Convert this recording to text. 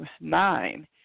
nine